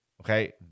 Okay